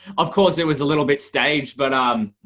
of course it was a little bit staged. but um,